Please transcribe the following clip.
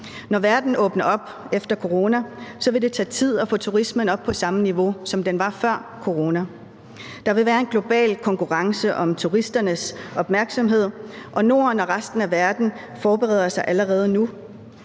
Når verden åbner op efter corona, vil det tage tid at få turismen op på samme niveau, som den var før corona. Der vil være en global konkurrence om turisternes opmærksomhed, og Norden og resten af verden forbereder sig allerede nu.